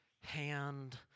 hand